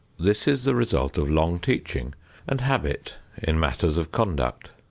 this is the result of long teaching and habit in matters of conduct.